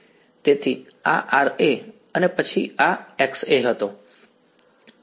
તેથી આ Ra અને પછી આ Xa હતો